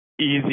easy